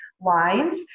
lines